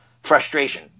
frustration